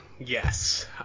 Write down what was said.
Yes